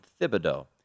Thibodeau